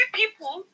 people